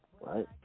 right